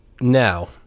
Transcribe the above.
Now